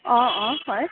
অঁ অঁ হয়